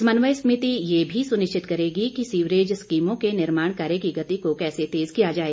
समन्वय समिति यह भी सुनिश्चित करेगी कि सीवरेज स्कीमों के निर्माण कार्य की गति को कैसे तेज किया जाए